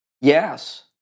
Yes